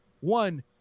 one